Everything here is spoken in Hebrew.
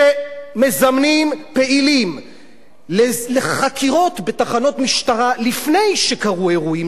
כשמזמנים פעילים לחקירות בתחנות משטרה לפני שקרו אירועים,